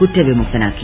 കുറ്റവിമുക്തനാക്കി